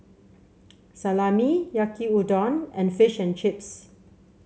Salami Yaki Udon and Fish and Chips